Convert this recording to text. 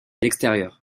l’extérieur